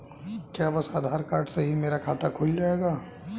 क्या बस आधार कार्ड से ही मेरा खाता खुल जाएगा?